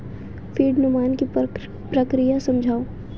feed निर्माण की प्रक्रिया समझाओ